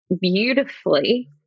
beautifully